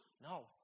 No